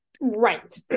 Right